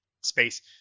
space